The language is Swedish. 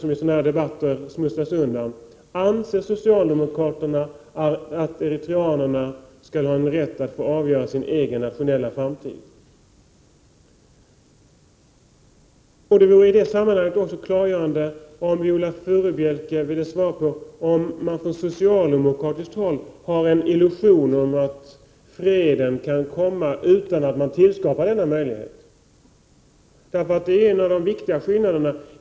1988/89:30 inte, vilket är vanligt i sådana här debatter, smusslas undan: Anser 23 november 1988 socialdemokraterna att eritreanerna skall ha rätt att få avgöra sin egen = mod Joo me nationella framtid? Det vore i det sammanhanget också klargörande om Viola Furubjelke ville svara på om socialdemokraterna har en illusion om att freden kan komma utan att denna möjlighet tillskapas. Det är en av de viktigaste skillnaderna mellan oss.